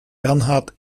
bernhard